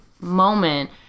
moment